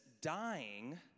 dying